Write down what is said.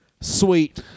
sweet